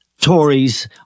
Tories